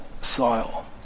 soil